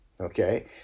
Okay